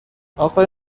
آقای